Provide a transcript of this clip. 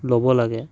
ল'ব লাগে